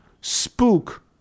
Spook